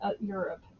Europe